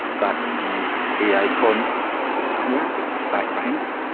that's the a a icon here with the stack behind it.